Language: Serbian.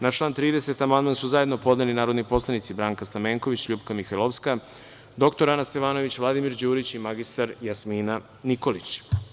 Na član 30. amandman su zajedno podneli narodni poslanici Branka Stamenković, LJupka Mihajlovska, dr Ana Stevanović, Vladimir Đurić i mr Jasmina Nikolić.